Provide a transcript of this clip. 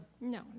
no